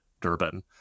Durban